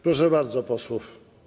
Proszę bardzo posłów.